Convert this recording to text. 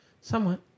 Somewhat